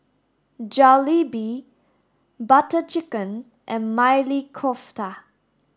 Jalebi Butter Chicken and Maili Kofta